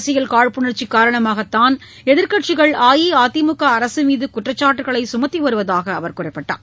அரசியல் காழ்ப்புணர்ச்சி காரணமாகத்தான் எதிர்கட்சிகள் அஇஅதிமுக அரசு மீது குற்றச்சாட்டுகளை சுமத்தி வருவதாக அவர் குறிப்பிட்டார்